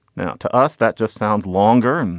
now to us that just sounds longer. and